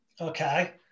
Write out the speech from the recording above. okay